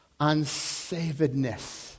unsavedness